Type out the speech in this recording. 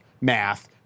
math